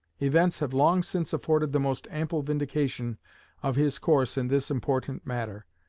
events have long since afforded the most ample vindication of his course in this important matter.